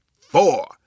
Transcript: four